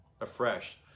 afresh